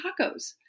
tacos